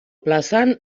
plazan